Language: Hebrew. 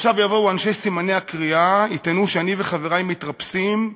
ועכשיו יבואו אנשי סימני הקריאה ויטענו שאני וחברי מתרפסים,